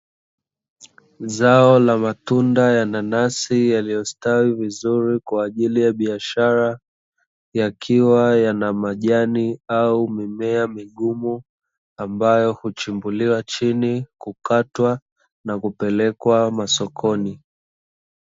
Zao la matunda ya nanasi yaliyostawi vizuri kwa ajili ya biashara, yakiwa yana majani au mimea migumu ambayo huchimbuliwa chini, kukatwa na kupelekwa sokoni.